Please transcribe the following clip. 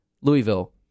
Louisville